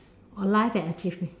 oh life and achievements